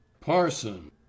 Parson